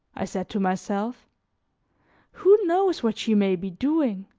i said to myself who knows what she may be doing.